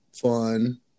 fun